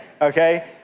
Okay